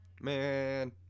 man